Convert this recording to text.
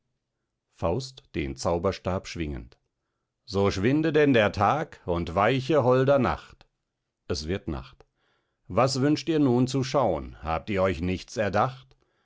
faust den zauberstab schwingend so schwinde denn der tag und weiche holder nacht es wird nacht was wünscht ihr nun zu schaun habt ihr euch nichts erdacht